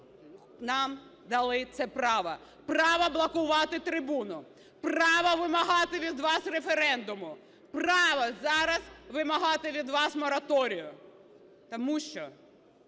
нам дали це право: право блокувати трибуну, право вимагати від вас референдуму, право зараз вимагати від вас мораторію. Тому що